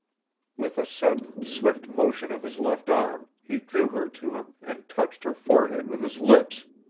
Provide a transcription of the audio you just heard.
with a sudden, swift motion of his left arm he drew her to him and touched her forehead with his lips.